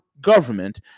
government